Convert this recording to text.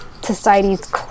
society's